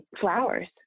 flowers